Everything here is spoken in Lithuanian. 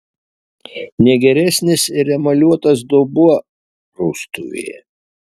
ne geresnis ir emaliuotas dubuo praustuvėje